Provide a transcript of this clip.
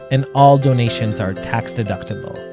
and all donations are tax-deductible.